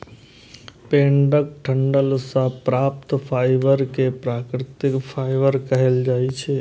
पेड़क डंठल सं प्राप्त फाइबर कें प्राकृतिक फाइबर कहल जाइ छै